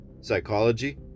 psychology